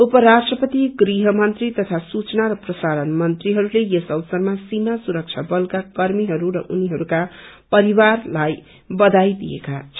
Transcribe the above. उपराष्ट्रपति गुहमंत्री तथा सूचना र प्रसारण मंत्रीहरूले यस अवसरमा सीामा सुरक्षा बलका कर्मीहरू र उनीहरूको परिवारहरूलाई बधाई दिएका छन्